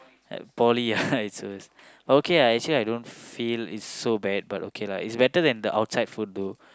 and poly ya it's a a but okay lah I don't feel it's so bad but okay lah it's better than the outside food though